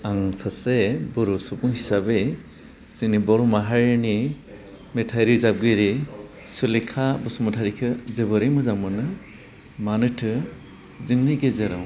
आं सासे बर' सुबुं हिसाबै जोंनि बर' माहारिनि मेथाइ रोजाबगिरि सुलिखा बसुमतारीखो जोबोरै मोजां मोनो मानोथो जोंनि गेजेराव